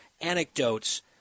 anecdotes